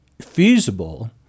feasible